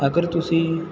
ਅਗਰ ਤੁਸੀਂ